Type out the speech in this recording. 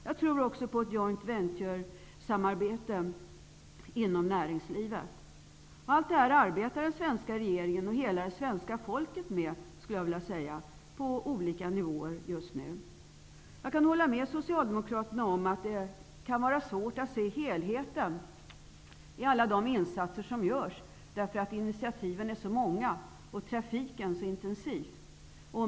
Jag tror också på ett joint-venturesamarbete inom näringslivet. Med allt det här arbetar den svenska regeringen och hela det svenska folket, skulle jag vilja säga, på olika nivåer just nu. Jag kan hålla med Socialdemokraterna om att det kan vara svårt att se helheten i alla de insatser som görs därför att initiativen är så många och trafiken så intensiv.